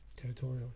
Territorial